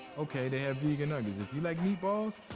okay, they have vegan nuggets. if you like meatballs,